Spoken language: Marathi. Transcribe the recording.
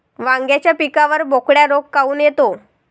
वांग्याच्या पिकावर बोकड्या रोग काऊन येतो?